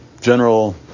general